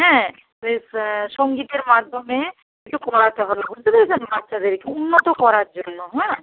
হ্যাঁ বেশ সংগীতের মাধ্যমে কিছু করাতে হবে বুঝতে পেরেছেন বাচ্চাদেরকে উন্নত করার জন্য হ্যাঁ